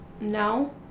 no